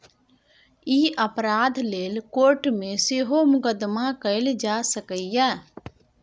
ई अपराध लेल कोर्ट मे सेहो मुकदमा कएल जा सकैए